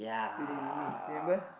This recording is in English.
today we meet remember